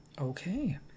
Okay